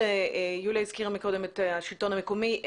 יוליה הזכירה מקודם את השלטון המקומי.